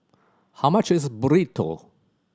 how much is Burrito